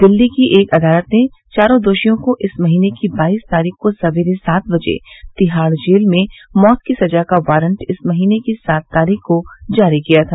दिल्ली की एक अदालत ने चारों दोषियों को इस महीने की बाईस तारीख को सवेरे सात बजे तिहाड़ जेल में मौत की सजा का वारंट इस महीने की सात तारीख को जारी किया था